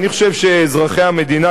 אני חושב שאזרחי המדינה,